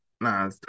nah